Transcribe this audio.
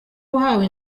uhawe